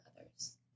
others